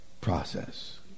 process